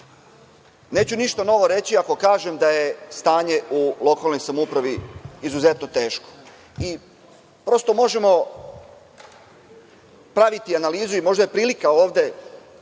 ništa novo reći ako kažem da je stanje u lokalnoj samoupravi izuzetno teško i prosto, možemo praviti analizu i možda je prilika ovde